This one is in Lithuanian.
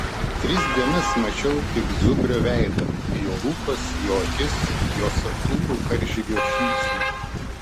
tris dienas mačiau tik zubrio veidą jo lūpas jo akis jo santūrų karžygio šypsnį